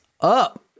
up